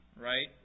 right